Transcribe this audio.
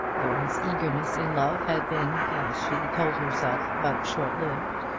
though his eagerness in love had been, as she told herself, but short-lived.